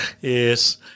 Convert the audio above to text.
Yes